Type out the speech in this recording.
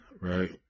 right